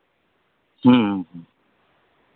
ᱦᱩᱸ ᱦᱩᱸ